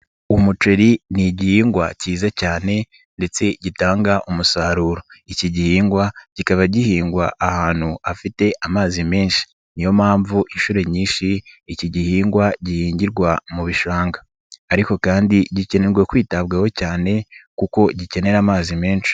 UImuceri ni igihingwa cyiza cyane ndetse gitanga umusaruro, iki gihingwa kikaba gihingwa ahantufite amazi menshi, ni yo mpamvu inshuro nyinshi iki gihingwa gihingirwa mu bishanga, ariko kandi gikene kwitabwaho cyane kuko gikenera amazi menshi.